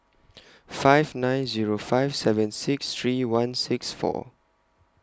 five nine Zero five seven six three one six four